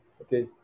okay